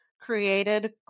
created